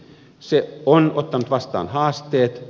se on ottanut vastaan haasteet